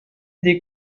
des